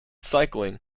cycling